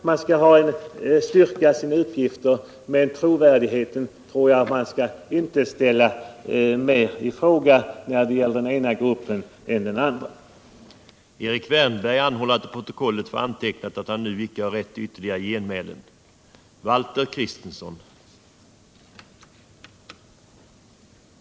Man skall styrka sina uppgifter, men vi skall inte sätta — medelstora trovärdigheten i fråga mer när det gäller den ena gruppen än när det — företagens utveckgäller den andra. ling, m.m.